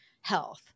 health